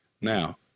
Now